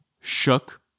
Shook